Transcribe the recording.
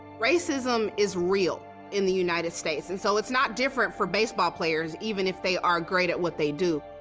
racism is real in the united states. and so it's not different for baseball players, even if they are great at what they do.